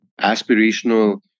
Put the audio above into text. aspirational